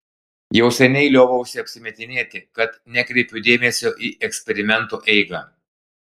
jau seniai lioviausi apsimetinėti kad nekreipiu dėmesio į eksperimentų eigą